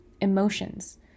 emotions